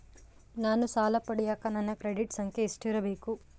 ನಾನು ಸಾಲ ಪಡಿಯಕ ನನ್ನ ಕ್ರೆಡಿಟ್ ಸಂಖ್ಯೆ ಎಷ್ಟಿರಬೇಕು?